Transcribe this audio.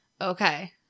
Okay